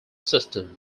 system